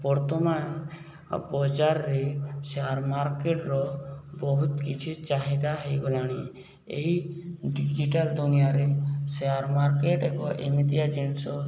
ବର୍ତ୍ତମାନ ବଜାରରେ ସେୟାର ମାର୍କେଟର ବହୁତ କିଛି ଚାହିଦା ହେଇଗଲାଣି ଏହି ଡ଼ିଜିଟାଲ୍ ଦୁନିଆରେ ସେୟାର ମାର୍କେଟ ଏକ ଏମିତିଆ ଜିନିଷ